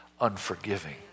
unforgiving